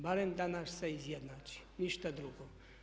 Barem da nas se izjednači, ništa drugo.